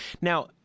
Now